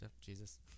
jesus